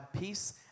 peace